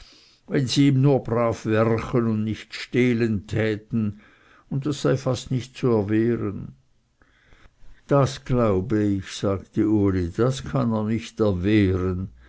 wenn sie ihm nur brav werchen und nicht stehlen täten und das sei fast nicht zu erwehren das glaube ich sagte uli das kann er nicht erwehren